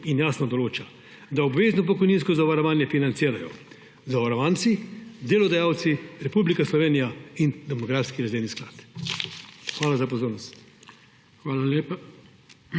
in jasno določa, da obvezno pokojninsko zavarovanje financirajo zavarovanci, delodajalci, Republika Slovenija in demografski rezervni sklad. Hvala za pozornost.